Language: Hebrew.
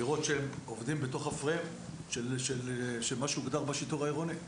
לראות שהם עובדים בתוך המסגרת של מה שהוגדר בשיטור העירוני.